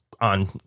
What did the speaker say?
on